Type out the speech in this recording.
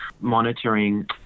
monitoring